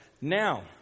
Now